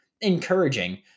encouraging